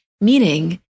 meaning